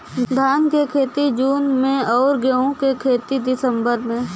धान क खेती जून में अउर गेहूँ क दिसंबर में?